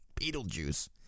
Beetlejuice